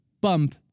Bump